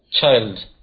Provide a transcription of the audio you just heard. child